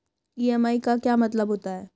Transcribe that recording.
EMI का क्या मतलब होता है?